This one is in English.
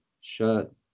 shut